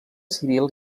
civil